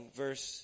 verse